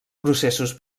processos